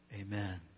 Amen